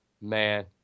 Man